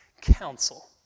counsel